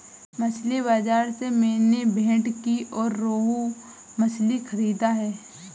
मछली बाजार से मैंने भेंटकी और रोहू मछली खरीदा है